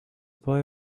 boy